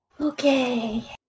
Okay